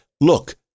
Look